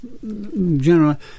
general